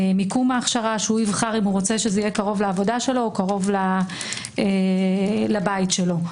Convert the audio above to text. מיקום ההכשרה שיבחר אם רוצה שיהיה קרוב לעבודה שלו או קרוב לבית שלו.